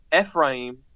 Ephraim